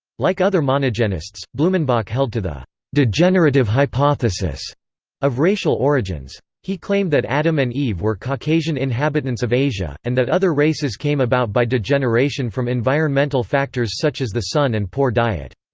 like other monogenists, blumenbach held to the degenerative hypothesis of racial origins. he claimed that adam and eve were caucasian inhabitants of asia, and that other races came about by degeneration from environmental factors such as the sun and poor diet.